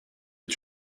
est